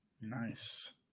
nice